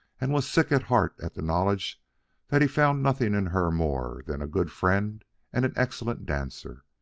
and was sick at heart at the knowledge that he found nothing in her more than a good friend and an excellent dancer.